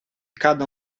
cada